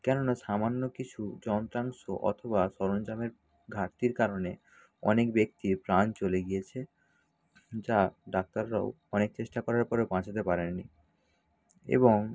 কেননা সামান্য কিছু যন্ত্রাংশ অথবা সরঞ্জামের ঘাটতির কারণে অনেক ব্যক্তির প্রাণ চলে গিয়েছে যা ডাক্তাররাও অনেক চেষ্টা করার পরেও বাঁচাতে পারেননি এবং